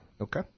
Okay